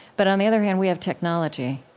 but on the other hand, we have technology.